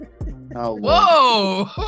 Whoa